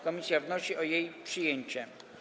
Komisja wnosi o jej przyjęcie.